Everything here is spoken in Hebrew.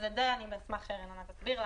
אני אשמח שרננה תסביר.